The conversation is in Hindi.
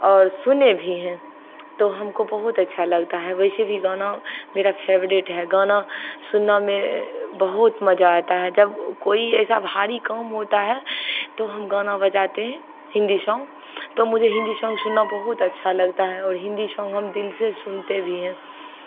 और सुने भी हैं तो हमको बहुत अच्छा लगता है वैसे भी गाना मेरा फेवरेट है गाना सुनना में बहुत मज़ा आता है जब कोई ऐसा भाड़ी काम होता है तो हम गाना बजाते हैं हिन्दी साॅन्ग तो मुझे हिन्दी सॉन्ग सुनना बहुत अच्छा लगता है और हिन्दी साॅन्ग हम दिल से सुनते भी हैं